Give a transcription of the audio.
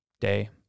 day